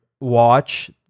watch